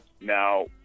Now